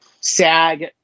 SAG